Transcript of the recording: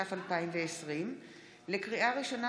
התש"ף 2020. לקריאה ראשונה,